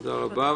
תודה רבה.